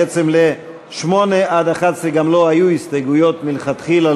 בעצם ל-8 11 גם לא היו הסתייגויות מלכתחילה,